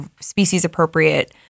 species-appropriate